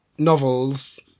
novels